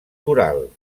toral